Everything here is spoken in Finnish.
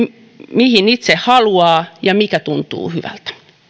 mihin itse haluaa ja mikä tuntuu hyvältä